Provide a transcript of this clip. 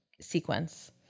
sequence